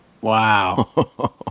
Wow